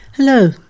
Hello